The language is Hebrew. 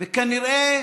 וכנראה